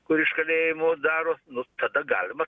kur iš kalėjimo daro nu tada galima